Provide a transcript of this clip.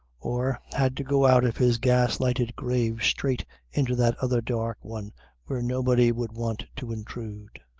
or had to go out of his gas-lighted grave straight into that other dark one where nobody would want to intrude.